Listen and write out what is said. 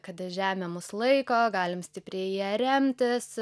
kad žemė mus laiko galim stipriai į ja remtis